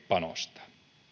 panostaa